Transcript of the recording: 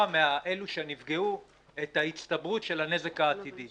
מאלו שנפגעו את ההצטברות של הנזק העתידי.